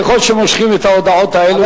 ככל שמושכים את ההודעות האלה,